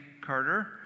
Carter